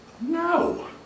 No